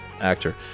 actor